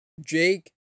Jake